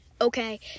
Okay